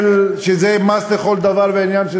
שזה מס לכל דבר ועניין,